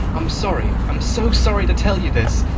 i'm sorry i'm so sorry to tell you this,